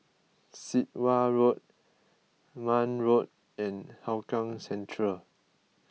Sit Wah Road Marne Road and Hougang Central